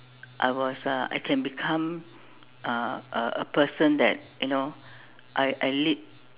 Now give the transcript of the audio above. I was uh I can become a a a person that you know I I lead